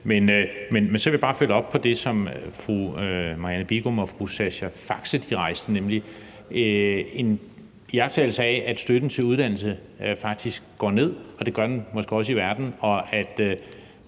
Men så vil jeg bare følge op på det, som fru Marianne Bigum og fru Sascha Faxe rejste, nemlig en iagttagelse af, at støtten til uddannelse faktisk går ned, og det gør den måske også i verden, og at